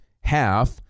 half